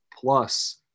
plus –